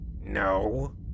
No